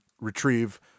retrieve